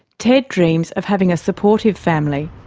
ted dreams of having a supportive family.